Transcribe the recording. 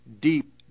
deep